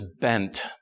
bent